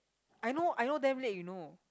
I know I know damn late you know